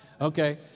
Okay